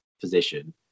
position